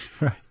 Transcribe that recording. right